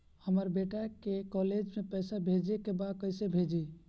हमर बेटा के कॉलेज में पैसा भेजे के बा कइसे भेजी?